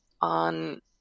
on